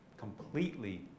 completely